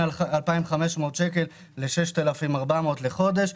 והוא בין 2,500 ל-6,400 שקל לחודש,